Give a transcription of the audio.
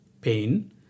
Pain